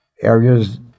areas